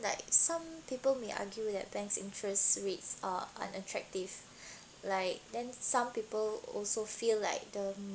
like some people may argue that banks interest rates are unattractive like then some people also feel like the